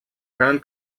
gran